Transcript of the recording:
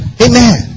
Amen